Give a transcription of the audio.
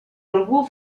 algú